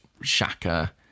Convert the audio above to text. Shaka